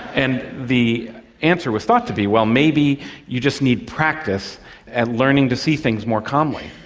and the answer was thought to be, well, maybe you just need practice at learning to see things more calmly,